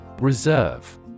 Reserve